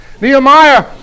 nehemiah